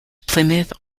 plymouth